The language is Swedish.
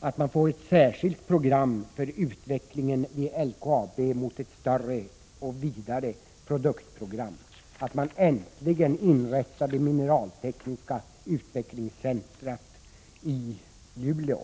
att få ett särskilt program för utvecklingen vid LKAB mot ett större och vidare produktprogram och att äntligen det mineraltekniska utvecklingscentrumet inrättas i Luleå.